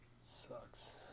Sucks